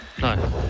No